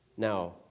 Now